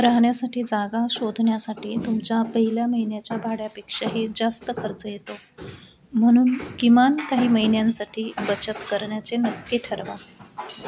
राहण्यासाठी जागा शोधण्यासाठी तुमच्या पहिल्या महिन्याच्या भाड्यापेक्षाही जास्त खर्च येतो म्हणून किमान काही महिन्यांसाठी बचत करण्याचे नक्की ठरवा